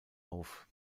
auf